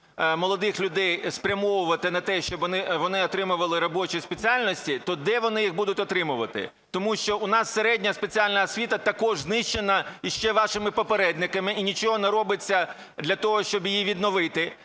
молодих людей спрямовувати на те, щоб вони отримували робочі спеціальності. То де вони їх будуть отримувати? Тому що в нас середня спеціальна освіта також знищена іще вашими попередниками, і нічого не робиться для того, щоб її відновити.